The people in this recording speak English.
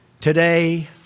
Today